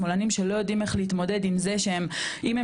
שמאלנים שלא יודעים איך להתמודד עם זה שאם הם